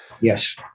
Yes